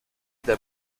der